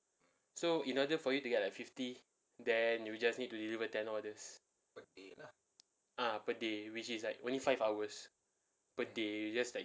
so in order for you to get like fifty then you just need to deliver ten orders ah per day which is like only five hours per day you just like